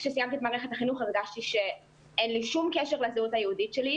כשסיימתי את מערכת החינוך הרגשתי שאין לי שום קשר לזהות היהודית שלי,